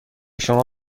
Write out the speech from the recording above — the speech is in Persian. شما